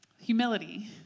Humility